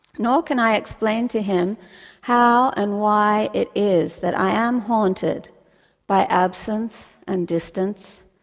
nor can i explain to him how and why it is that i am haunted by absence and distance,